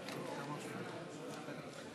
עשר דקות לרשותך.